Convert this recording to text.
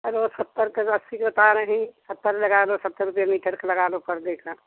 अरे वह सत्तर का जो अस्सी के बता रहीं सत्तर लगा लो सत्तर रुपये मीटर का लगा लो परदे का